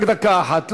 רק דקה אחת.